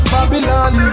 Babylon